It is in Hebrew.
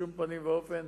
ושבשום פנים ואופן